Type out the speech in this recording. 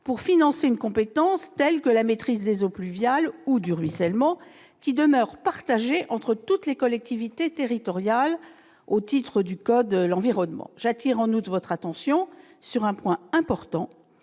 pour financer une compétence telle que la maîtrise des eaux pluviales ou du ruissellement, qui demeure partagée entre toutes les collectivités territoriales, au titre du code de l'environnement. J'attire en outre votre attention sur un point important